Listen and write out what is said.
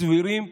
סבירות,